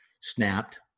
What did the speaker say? snapped